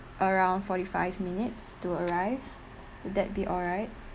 around forty five minutes to arrive would that be alright